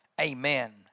amen